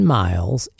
miles